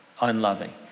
unloving